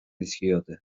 dizkiote